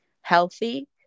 healthy